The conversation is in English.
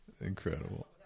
Incredible